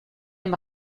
dem